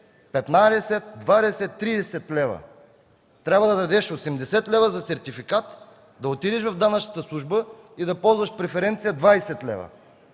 15, 20, 30 лв. Трябва да дадеш 80 лв. за сертификат, да отидеш в данъчната служба и да ползваш преференция 20 лв.